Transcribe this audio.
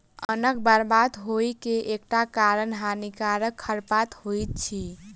अन्नक बर्बाद होइ के एकटा कारण हानिकारक खरपात होइत अछि